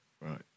right